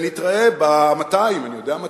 ונתראה ב-200, אני יודע מתי?